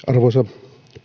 arvoisa